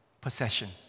Possession